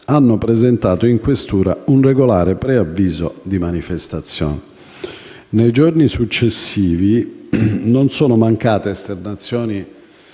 hanno presentato in questura un regolare preavviso di manifestazione. Nei giorni successivi non sono mancate esternazioni